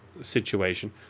Situation